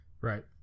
Right